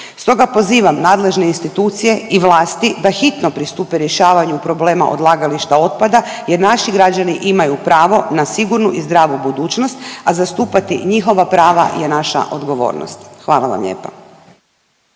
Stoga pozivam nadležne institucije i vlasti da hitno pristupe rješavanju problema odlagališta otpada jer naši građani imaju pravo na sigurnu i zdravu budućnost, a zastupati njihova prava je naša odgovornost. Hvala vam lijepa.